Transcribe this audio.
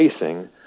facing –